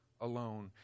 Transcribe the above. alone